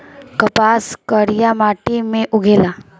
कपास करिया माटी मे उगेला